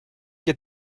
get